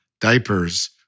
diapers